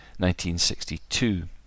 1962